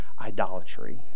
idolatry